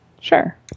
Sure